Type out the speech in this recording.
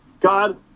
God